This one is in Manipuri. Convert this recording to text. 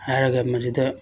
ꯍꯥꯏꯔꯒ ꯃꯁꯤꯗ